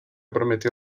prometió